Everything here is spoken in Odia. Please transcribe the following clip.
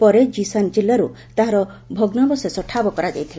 ପରେ ଜିଶାନ ଜିଲ୍ଲାରୁ ତାହାର ଭଗ୍ରାଂବଶେଷ ଠାବ କରାଯାଇଥିଲା